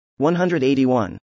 181